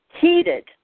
heated